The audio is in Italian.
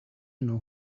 non